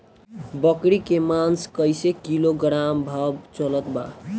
बकरी के मांस कईसे किलोग्राम भाव चलत बा?